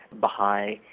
Baha'i